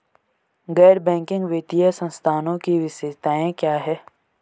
गैर बैंकिंग वित्तीय संस्थानों की विशेषताएं क्या हैं?